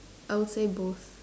I would say both